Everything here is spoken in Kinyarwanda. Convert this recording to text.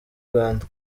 rwanda